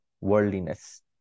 worldliness